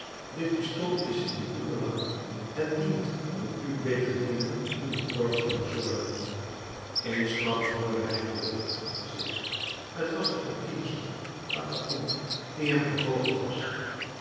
dit pistool is in uw belang het dient om u beter dingen in uw korf te bezorgen eensklaps hoorde hij gerucht achter zich t was de portierster patagon die hem gevolgd was